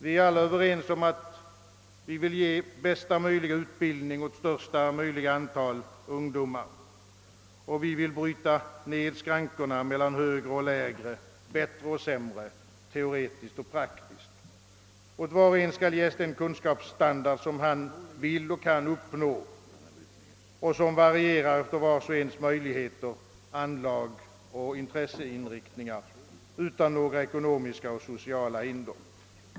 Vi är alla överens om att vi vill ge bästa möjliga utbildning åt största möjliga antal ungdomar, och vi vill bryta ned skrankor na mellan högre och lägre, bättre och sämre, teoretiskt och praktiskt. Åt var och en skall ges den kunskapsstandard som han vill och kan uppnå — den varierar efter vars och ens möjligheter, anlag och intresseinriktning — utan några ekonomiska och sociala hinder.